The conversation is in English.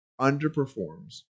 underperforms